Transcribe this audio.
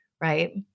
right